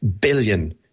billion